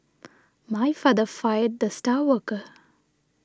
my father fired the star worker